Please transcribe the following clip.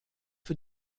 für